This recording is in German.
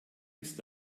ist